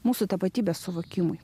mūsų tapatybės suvokimui